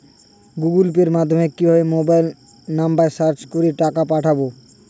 Google পের মাধ্যমে কিভাবে মোবাইল নাম্বার সার্চ করে টাকা পাঠাবো?